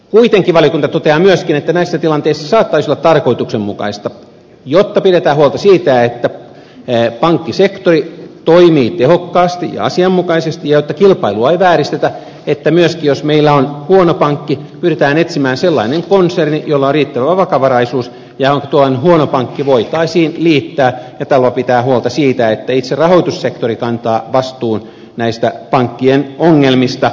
kuitenkin valiokunta toteaa myöskin että näissä tilanteissa saattaisi olla tarkoituksenmukaista jotta pidetään huolta siitä että pankkisektori toimii tehokkaasti ja asianmukaisesti ja jotta kilpailua ei vääristetä että myöskin jos meillä on huono pankki pyritään etsimään sellainen konserni jolla on riittävä vakavaraisuus ja johon tuo huono pankki voitaisiin liittää ja tällöin pitämään huolta siitä että itse rahoitussektori kantaa vastuun näistä pankkien ongelmista